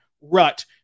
rut